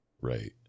right